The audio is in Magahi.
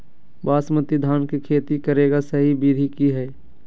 बासमती धान के खेती करेगा सही विधि की हय?